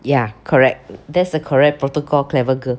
ya correct that's a correct protocol clever girl